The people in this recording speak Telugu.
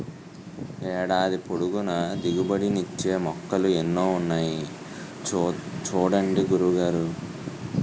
ఏడాది పొడుగునా దిగుబడి నిచ్చే మొక్కలు ఎన్నో ఉన్నాయి చూడండి గురువు గారు